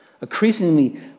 increasingly